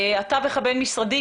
התווך הבין-משרדי,